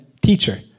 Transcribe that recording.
teacher